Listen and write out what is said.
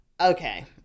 okay